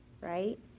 right